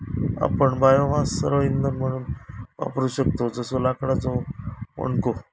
आपण बायोमास सरळ इंधन म्हणून वापरू शकतव जसो लाकडाचो ओंडको